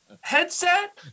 headset